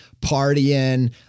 partying